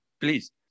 please